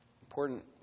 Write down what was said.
Important